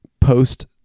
post